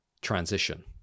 transition